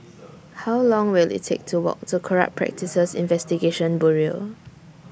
How Long Will IT Take to Walk to Corrupt Practices Investigation Bureau